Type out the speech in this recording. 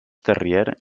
terrier